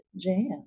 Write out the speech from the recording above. jam